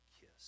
kiss